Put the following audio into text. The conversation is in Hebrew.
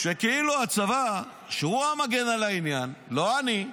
שכאילו הצבא, שהוא המגן על העניין, לא אני,